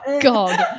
god